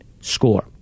score